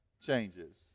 changes